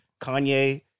Kanye